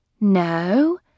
No